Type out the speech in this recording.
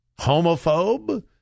homophobe